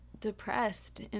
depressed